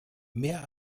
mehr